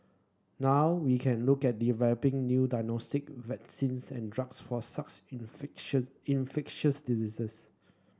now we can look at developing new diagnostic vaccines and drugs for sax infection infectious diseases